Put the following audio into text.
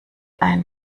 ein